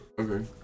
Okay